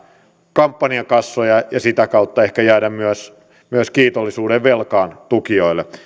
kampanjakassoja ja sitä kautta ehkä jäädä myös myös kiitollisuudenvelkaan tukijoille